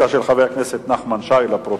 לדיון מוקדם בוועדת העבודה,